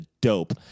dope